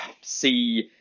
see